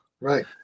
Right